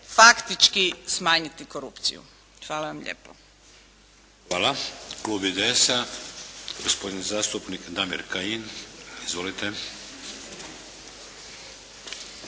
faktički smanjiti korupciju. Hvala vam lijepo. **Šeks, Vladimir (HDZ)** Hvala. Klub IDS-a gospodin zastupnik Damir Kajin. Izvolite.